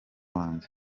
wanjye